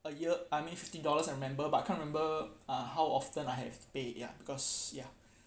a year I mean fifteen dollars I remember but can't remember uh how often I have to pay ya because ya